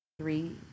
three